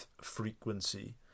frequency